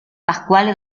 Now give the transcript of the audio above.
pascual